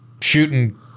shooting